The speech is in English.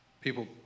people